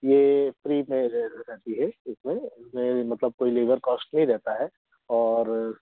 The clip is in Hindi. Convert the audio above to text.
ये फ़्री में रह रहती है इसमें इसमें मतलब कोई लेबर कॉस्ट नहीं रहता है और